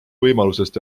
võimalusest